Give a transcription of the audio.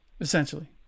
essentially